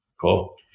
Cool